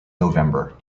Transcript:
november